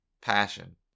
passion